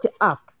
up